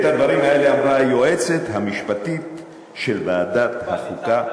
את הדברים האלה אמרה היועצת המשפטית של ועדת החוקה,